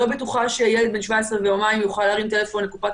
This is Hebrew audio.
אני לא בטוחה שילד בן 17 ויומיים יוכל להרים טלפון לקופת